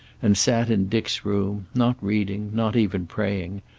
and sat in dick's room, not reading, not even praying,